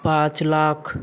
पाँच लाख